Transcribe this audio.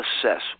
assess